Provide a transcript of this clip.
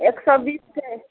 एक सौ बीस के